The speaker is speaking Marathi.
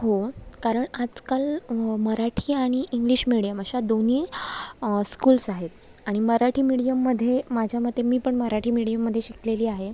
हो कारण आजकाल मराठी आणि इंग्लिश मिडियम अशा दोन्ही स्कूल्स आहेत आणि मराठी मिडियममध्ये माझ्यामते मी पण मराठी मिडियममध्ये शिकलेली आहे